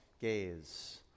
gaze